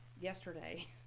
yesterday